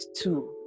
two